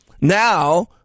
Now